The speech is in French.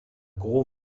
gros